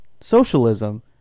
socialism